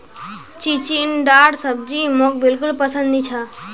चिचिण्डार सब्जी मोक बिल्कुल पसंद नी छ